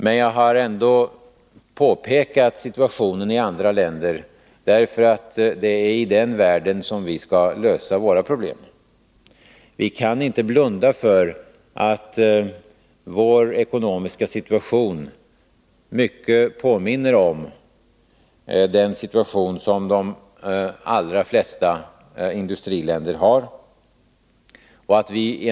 Men jag har ändå pekat på situationen i andra länder, därför att det är i den världen som vi skall lösa våra problem. Vi kan inte blunda för att vår ekonomiska situation mycket påminner om den situation som de allra flesta industriländerna befinner sig i.